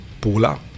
Pula